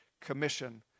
Commission